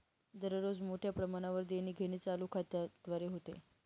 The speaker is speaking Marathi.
दररोज मोठ्या प्रमाणावर देणीघेणी चालू खात्याद्वारे होते